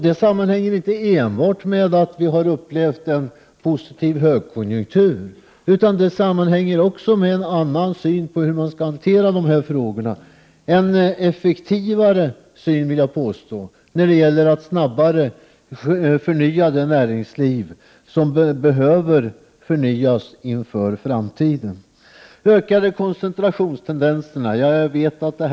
Detta sammanhänger inte enbart med att vi upplevt en högkonjunktur, utan det sammanhänger också med en annan syn på hur dessa frågor skall hanteras. När det gäller att snabbare förnya det näringsliv som behöver förnyas inför framtiden vill jag påstå att socialdemokraternas politik varit effektivare.